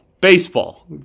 Baseball